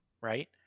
right